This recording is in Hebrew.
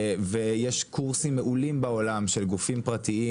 ויש קורסים מעולים בעולם של גופים פרטיים